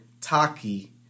Taki